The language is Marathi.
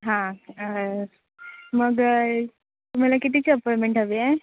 हां मग तुम्हाला कितीची अपॉईमेंट हवी आहे